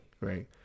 right